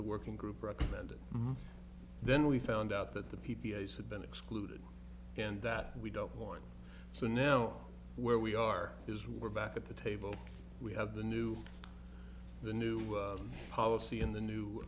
the working group recommended then we found out that the p p s had been excluded and that we don't want to know where we are is we're back at the table we have the new the new policy in the new